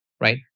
Right